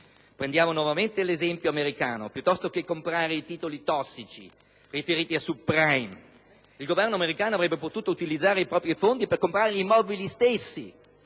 Prendiamo nuovamente l'esempio americano: piuttosto che comprare i titoli tossici dei mutui *sub**prime*, il Governo americano avrebbe potuto utilizzare i propri fondi per comprare gli immobili stessi,